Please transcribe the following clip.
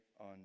on